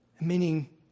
Meaning